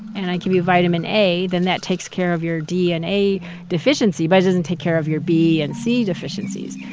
and i give you vitamin a, then that takes care of your d and a deficiency, but it doesn't take care of your b and c deficiencies.